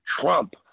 Trump